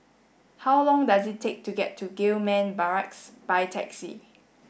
how long does it take to get to Gillman Barracks by taxi